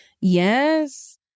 Yes